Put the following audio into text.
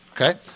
Okay